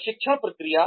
प्रशिक्षण प्रक्रिया